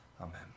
Amen